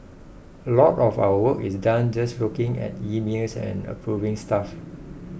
a lot of our work is done just looking at emails and approving stuff